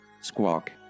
Squawk